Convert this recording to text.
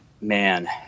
man